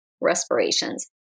respirations